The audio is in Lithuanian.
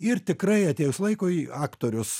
ir tikrai atėjus laikui aktorius